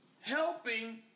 helping